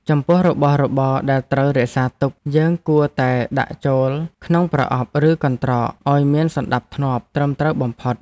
ចំពោះរបស់របរដែលត្រូវរក្សាទុកយើងគួរតែដាក់ចូលក្នុងប្រអប់ឬកន្ត្រកឱ្យមានសណ្តាប់ធ្នាប់ត្រឹមត្រូវបំផុត។